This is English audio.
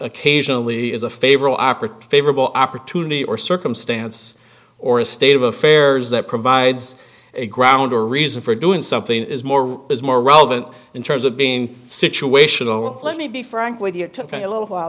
occasionally is a favorable operate favorable opportunity or circumstance or a state of affairs that provides a ground or reason for doing something is more is more relevant in terms of being situational let me be frank with you it took a little while